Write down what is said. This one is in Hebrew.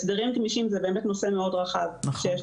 הסדרים גמישים זה באמת נושא מאוד רחב שיש